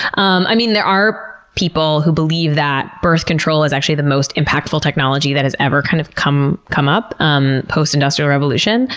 um there are people who believe that birth control is actually the most impactful technology that has ever kind of come come up um post-industrial revolution.